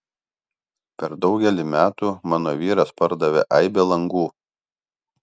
per daugelį metų mano vyras pardavė aibę langų